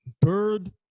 Bird